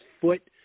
foot